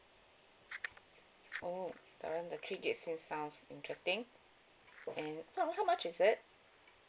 oh uh the three gig seems sounds interesting and how how much is it